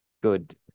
good